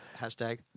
Hashtag